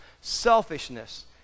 selfishness